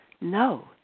No